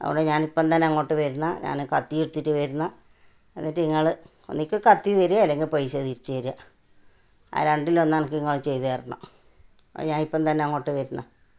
അതുകൊണ്ട് ഞാനിപ്പം തന്നെ അങ്ങോട്ട് വരുന്നു ഞാൻ കത്തി എടുത്തിട്ട് വരുന്നു എന്നിട്ട് നിങ്ങൾ ഒന്നിക്കി കത്തി തരിക അല്ലെങ്കിൽ പൈസ തിരിച്ച് തരിക ആ രണ്ടിലൊന്ന് എനിക്ക് നിങ്ങൾ ചെയ്ത് തരണം അത് ഞാനിപ്പം തന്നെ അങ്ങോട്ട് വരുന്നു